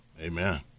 amen